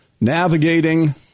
Navigating